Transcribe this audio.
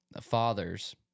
fathers